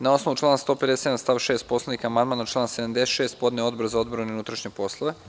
Na osnovu člana 157. stav 6. Poslovnika, amandman na član 76. podneo je Odbor za odbranu i unutrašnje poslove.